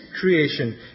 creation